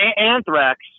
Anthrax